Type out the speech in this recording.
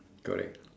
correct